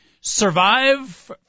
survive